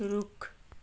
रुख